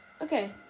Okay